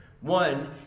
One